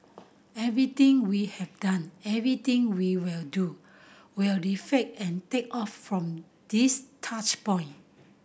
everything we have done everything we will do will reflect and take off from these touch point